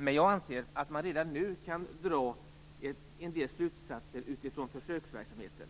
Men jag anser att man redan nu kan dra en del slutsatser utifrån försöksverksamheten.